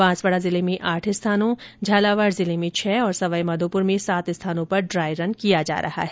बांसवाड़ा जिले में आठ स्थानों झालावाड़ जिले में छह और सवाई माधोपुर में सात स्थानों पर ड्राय रन किया जा रहा है